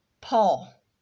Paul